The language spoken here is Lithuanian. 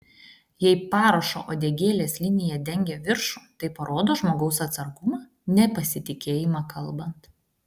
jei parašo uodegėlės linija dengia viršų tai parodo žmogaus atsargumą nepasitikėjimą kalbant